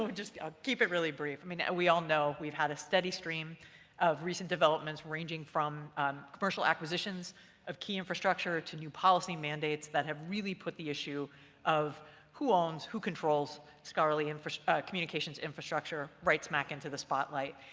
just i'll keep it really brief. i mean, and we all know we've had a steady stream of recent developments ranging from commercial acquisitions of key infrastructure to new policy mandates that have really put the issue of who owns, who controls scholarly communications, infrastructure, right smack into the spotlight.